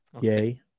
Yay